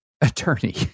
attorney